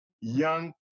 young